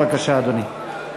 בבקשה, אדוני.